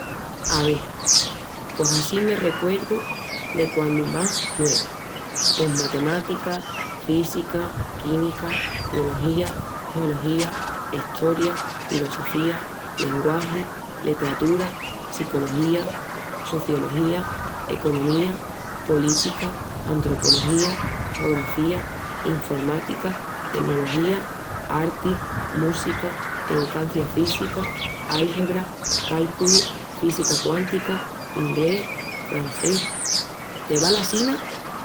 Ave, pos á si me recuerdu de quandu más nueva. Pos Matemáticas, Física, Química, Biología, Geología, Estoria, Filosofía, Lenguagi, Letratura, Sicología, Sociología, Economía, Política, Antropología, Geografía, Informática, Tenología, Arti, Música, Educancia Física, Álgebra, Cálculu, Física Quántica,... inglés, francés... te val assina?